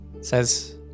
Says